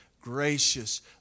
gracious